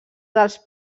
dels